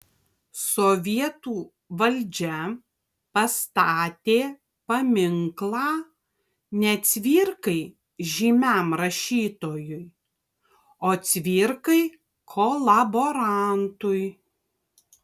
sovietų valdžia pastatė paminklą ne cvirkai žymiam rašytojui o cvirkai kolaborantui